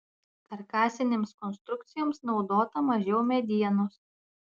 karkasinėms konstrukcijoms naudota mažiau medienos